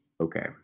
okay